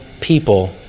people